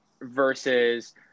versus